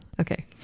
Okay